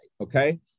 Okay